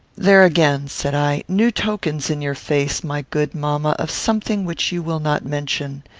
there again, said i, new tokens in your face, my good mamma, of something which you will not mention.